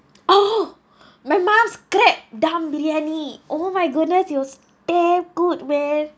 oh my mom's crab dum biryani oh my goodness it was damn good man